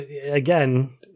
again